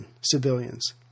civilians